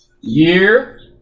Year